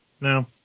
No